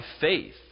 faith